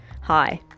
hi